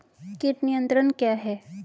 कीट नियंत्रण क्या है?